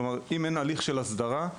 כלומר, אם אין הליך של הסדרה,